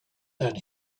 than